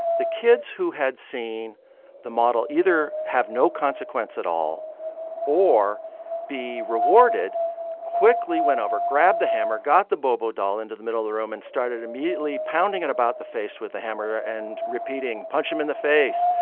the kids who had seen the model either have no consequence at all or be rewarded quickly went over, grabbed the hammer, got the bobo doll into the middle of the room and started immediately pounding it about the face with the hammer and repeating, punch him in the face,